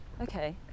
Okay